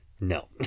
No